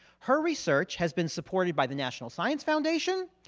her research has been supported by the national science foundation,